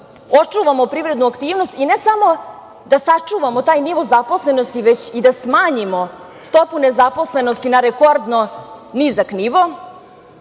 očuvamo privrednu aktivnosti i ne samo da sačuvamo taj nivo zaposlenosti, već i da smanjimo stopu nezaposlenosti na rekordno nizak nivo,